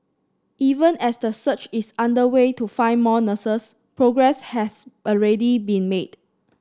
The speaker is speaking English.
even as the search is underway to find more nurses progress has already been made